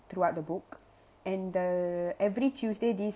throughout the book and the every tuesday this